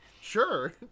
sure